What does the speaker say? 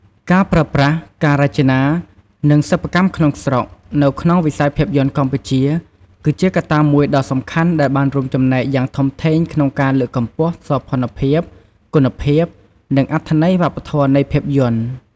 ការប្រើប្រាស់ ការរចនា និងសិប្បកម្មក្នុងស្រុក នៅក្នុងវិស័យភាពយន្តកម្ពុជា គឺជាកត្តាមួយដ៏សំខាន់ដែលបានរួមចំណែកយ៉ាងធំធេងក្នុងការលើកកម្ពស់សោភ័ណភាព គុណភាព និងអត្ថន័យវប្បធម៌នៃភាពយន្ត។